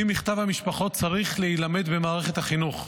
כי מכתב המשפחות צריך להילמד במערכת החינוך.